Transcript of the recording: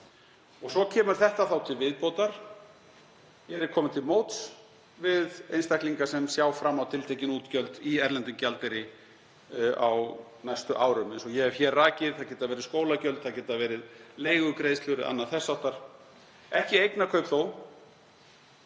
Svo kemur þetta þá til viðbótar. Hér er komið til móts við einstaklinga sem sjá fram á tiltekin útgjöld í erlendum gjaldeyri á næstu árum, eins og ég hef hér rakið. Það geta verið skólagjöld, leigugreiðslur eða annað þess háttar. Ekki eignakaup þó.